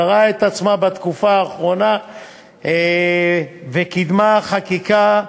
קרעה את עצמה בתקופה האחרונה וקידמה חקיקה,